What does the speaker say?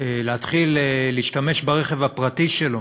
להתחיל להשתמש ברכב הפרטי שלו